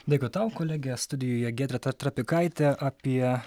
dėkui tau kolege studijoje giedrė trapikaitė apie